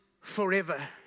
forever